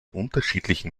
unterschiedlichen